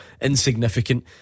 insignificant